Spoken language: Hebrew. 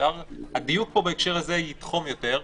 הדיוק פה בהקשר הזה יתחום יותר,